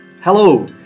Hello